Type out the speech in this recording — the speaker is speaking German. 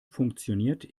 funktioniert